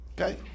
okay